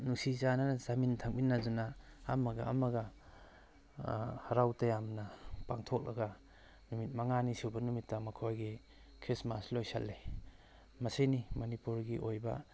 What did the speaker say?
ꯅꯨꯡꯁꯤ ꯆꯥꯟꯅꯅ ꯆꯥꯃꯤꯟ ꯊꯛꯃꯤꯟꯅꯗꯅ ꯑꯃꯒ ꯑꯃꯒ ꯍꯔꯥꯎ ꯇꯌꯥꯝꯅ ꯄꯥꯡꯊꯣꯛꯂꯒ ꯅꯨꯃꯤꯠ ꯃꯉꯥꯅꯤ ꯁꯨꯕ ꯅꯨꯃꯤꯠꯇ ꯃꯈꯣꯏꯒꯤ ꯈ꯭ꯔꯤꯁꯃꯥꯁ ꯂꯣꯏꯁꯜꯂꯦ ꯃꯁꯤꯅꯤ ꯃꯅꯤꯄꯨꯔꯒꯤ ꯑꯣꯏꯕ